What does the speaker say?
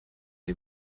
ihr